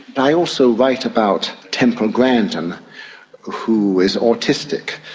and i also write about temple grandin who is autistic,